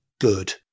good